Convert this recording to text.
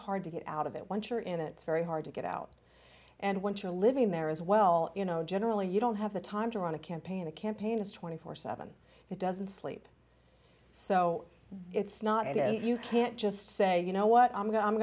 hard to get out of it once you're in it very hard to get out and once you're living there as well you know generally you don't have the time to run a campaign a campaign is two hundred and forty seven it doesn't sleep so it's not it is you can't just say you know what i'm going i'm